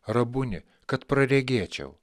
rabuni kad praregėčiau